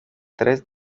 tres